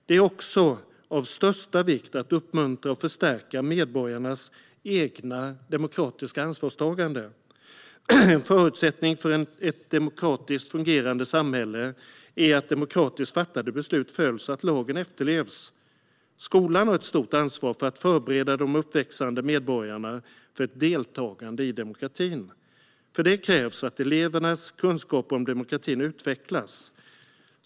Det är också av största vikt att uppmuntra och förstärka medborgarnas egna demokratiska ansvarstagande. En förutsättning för ett fungerande demokratiskt samhälle är att demokratiskt fattade beslut följs och att lagen efterlevs. Skolan har ett stort ansvar för att förbereda de uppväxande medborgarna för ett deltagande i demokratin. För detta krävs att elevernas kunskaper om demokratin utvecklas.